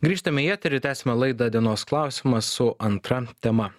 grįžtam į eterį tęsiame laidą dienos klausimas su antra tema